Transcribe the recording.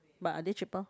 but are they cheaper